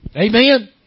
Amen